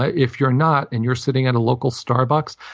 if you're not, and you're sitting at a local starbucks,